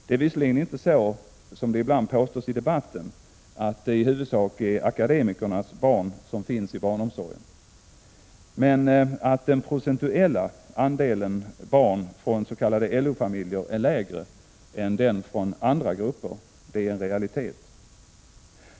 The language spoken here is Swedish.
Det är visserligen inte så, som det ibland påstås i debatten, att det i huvudsak är akademikernas barn som finns i barnomsorgen, men att den procentuella andelen barn från s.k. LO-familjer är lägre än den från andra grupper är en realitet.